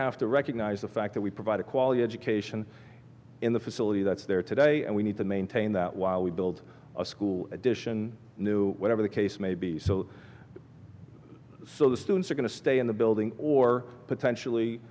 have to recognise the fact that we provide a quality education in the facility that's there today and we need to maintain that while we build a school edition new whatever the case may be so so the students are going to stay in the building or potentially